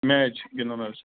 match گِنٛدُن حظ